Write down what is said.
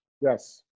Yes